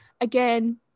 again